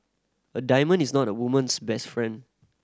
a diamond is not a woman's best friend